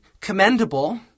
commendable